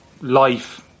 life